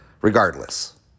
regardless